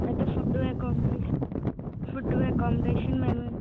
అయితే food accommodation food accommodation మేమే